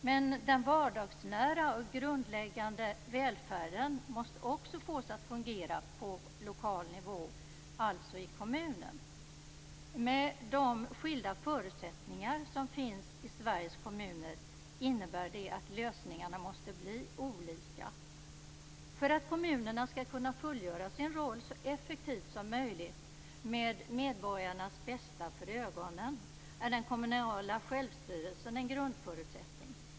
Men den vardagsnära och grundläggande välfärden måste också fås att fungera på lokal nivå, alltså i kommunen. Med de skilda förutsättningar som finns i Sveriges kommuner innebär det att lösningarna måste bli olika. För att kommunerna skall kunna fullgöra sin roll så effektivt som möjligt med medborgarnas bästa för ögonen är den kommunala självstyrelsen en grundförutsättning.